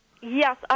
Yes